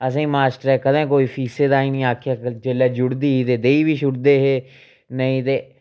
असें न मास्टरै कदें कोई फीसें ताई नी आखेआ जेल्लै जुड़दी ही ते देई बी छुड़दे हे नेईं ते